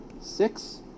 six